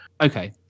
Okay